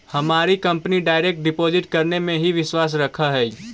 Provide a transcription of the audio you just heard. हमारी company direct deposit करने में ही विश्वास रखअ हई